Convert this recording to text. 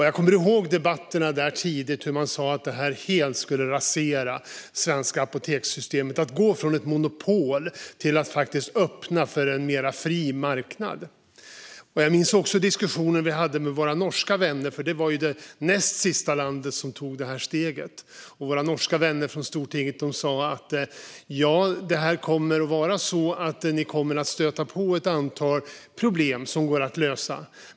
Jag kommer ihåg de inledande debatterna, och man sa att omregleringen helt skulle rasera det svenska apotekssystemet - att gå från ett monopol till att faktiskt öppna för en mer fri marknad. Jag minns också diskussioner vi hade med våra norska vänner eftersom de var det näst sista landet som tog steget. Våra norska vänner från stortinget sa att vi kommer att stöta på ett antal problem som går att lösa.